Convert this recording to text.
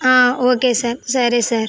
ఆ okay sir సరే sir